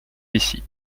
ici